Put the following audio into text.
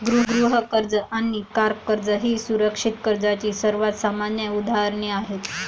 गृह कर्ज आणि कार कर्ज ही सुरक्षित कर्जाची सर्वात सामान्य उदाहरणे आहेत